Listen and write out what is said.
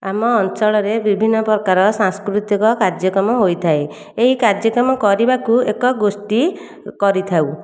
ଆମ ଅଞ୍ଚଳରେ ବିଭିନ୍ନ ପ୍ରକାର ସାଂସ୍କୃତିକ କାର୍ଯ୍ୟକ୍ରମ ହୋଇଥାଏ ଏହି କାର୍ଯ୍ୟକ୍ରମ କରିବାକୁ ଏକ ଗୋଷ୍ଠୀ କରିଥାଉ